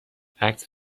عکس